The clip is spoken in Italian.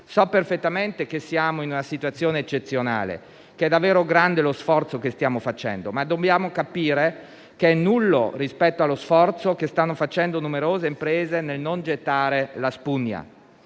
So perfettamente che siamo in una situazione eccezionale, che è davvero grande lo sforzo che stiamo facendo, ma dobbiamo capire che è nulla rispetto allo sforzo che stanno facendo numerose imprese nel non gettare la spugna.